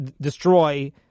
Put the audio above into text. destroy